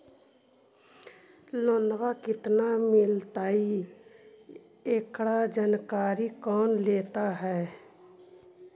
Loan केत्ना मिलतई एकड़ जानकारी कौन देता है?